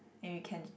and you can